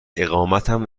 اقامتم